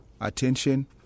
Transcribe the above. attention